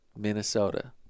Minnesota